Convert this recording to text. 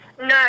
No